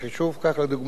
כך, לדוגמה, בדוח